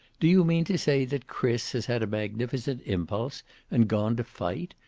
do you mean to say that chris has had a magnificent impulse and gone to fight?